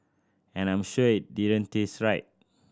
and I'm sure it didn't taste right